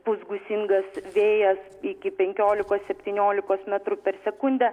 bus gūsingas vėjas iki penkiolikos septyniolikos metrų per sekundę